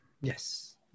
Yes